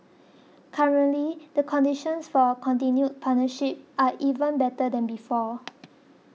currently the conditions for a continued partnership are even better than before